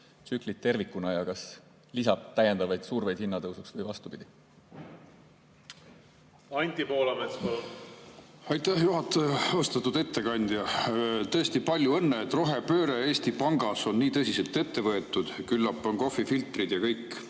tsüklit tervikuna, ja kas see lisab täiendavaid surveid hinnatõusuks või vastupidi. Anti Poolamets, palun! Aitäh, juhataja! Austatud ettekandja! Tõesti, palju õnne, et rohepööre Eesti Pangas on nii tõsiselt ette võetud. Küllap on kohvifiltrid ja kõik